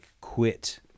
quit